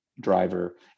driver